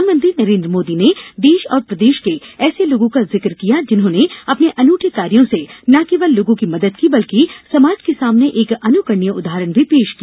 प्रधानमंत्री नरेन्द्र मोदी ने देश और प्रदेश के ऐसे लोगों का जिक किया जिन्होंने अपने अनुठे कार्यों से न केवल लोगों की मदद की बल्कि समाज के सामने एक अनुकरणीय उदाहरण भी पेश किया